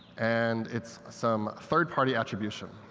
and it's some third party attribution.